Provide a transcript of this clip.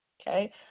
okay